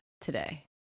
today